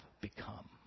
become